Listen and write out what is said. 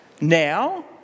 now